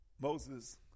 Moses